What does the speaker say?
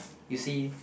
you see